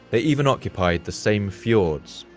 they even occupied the same fjords,